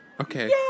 Okay